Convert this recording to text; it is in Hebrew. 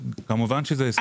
כמובן שזה הסכם קואליציוני.